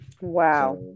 Wow